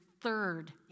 third